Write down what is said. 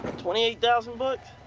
twenty eight thousand bucks?